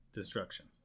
destruction